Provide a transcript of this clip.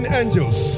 angels